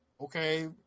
okay